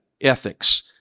ethics